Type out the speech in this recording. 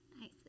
Nice